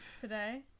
today